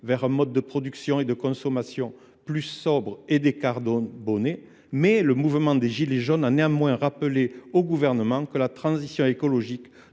vers un mode de production et de consommation plus sobre et décarboné. Certes, le mouvement des « gilets jaunes » a rappelé au Gouvernement que la transition écologique